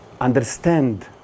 understand